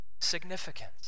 Significance